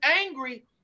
angry